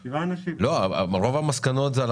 רוב המסקנות הן על